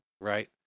right